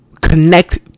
connect